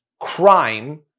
crime